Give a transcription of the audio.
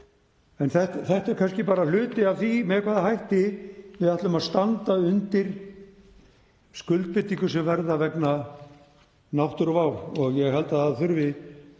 Þetta er kannski bara hluti af því með hvaða hætti við ætlum að standa undir skuldbindingum sem verða vegna náttúruvár og ég held að það þurfi